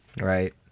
right